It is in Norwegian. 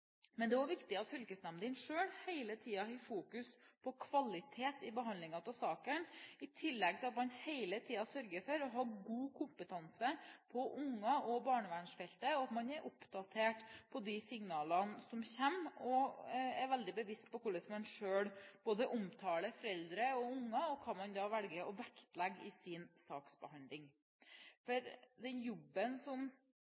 Men det er òg viktig at fylkesnemndene selv hele tiden har fokus på kvalitet i behandlingen av saken, i tillegg til at man hele tiden sørger for å ha god kompetanse på barn og på barnevernsfeltet, at man er oppdatert på de signalene som kommer, og er veldig bevisst på hvordan man selv omtaler både unger og foreldre, og hva man da velger å vektlegge i sin saksbehandling.